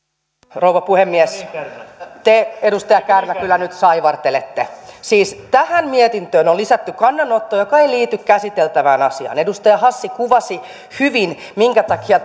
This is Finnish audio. rouva puhemies te edustaja kärnä kyllä nyt saivartelette siis tähän mietintöön on on lisätty kannanotto joka ei liity käsiteltävään asiaan edustaja hassi kuvasi hyvin minkä takia